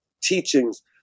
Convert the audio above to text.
teachings